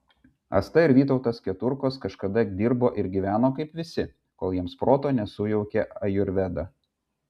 asta ir vytautas keturkos kažkada dirbo ir gyveno kaip visi kol jiems proto nesujaukė ajurveda